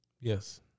Yes